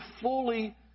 fully